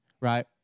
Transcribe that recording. right